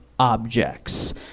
Objects